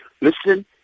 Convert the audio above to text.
listen